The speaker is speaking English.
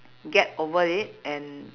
get over it and